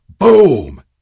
Boom